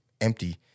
empty